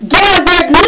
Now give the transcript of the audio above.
gathered